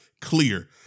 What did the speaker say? clear